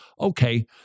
Okay